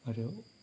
आरो